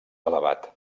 elevat